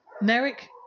Merrick